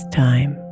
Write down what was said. time